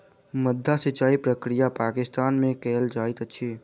माद्दा सिचाई प्रक्रिया पाकिस्तान में कयल जाइत अछि